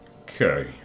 Okay